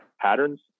patterns